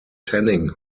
tanning